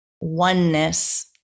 oneness